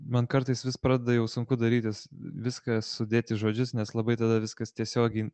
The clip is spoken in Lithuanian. man kartais vis pradeda jau sunku darytis viską sudėt į žodžius nes labai tada viskas tiesiogiai